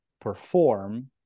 perform